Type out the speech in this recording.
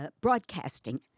broadcasting